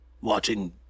watching